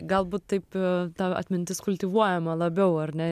galbūt taip ta atmintis kultivuojama labiau ar ne